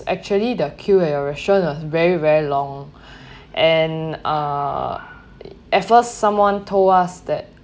actually the queue at your restaurant was very very long and uh at first someone told us that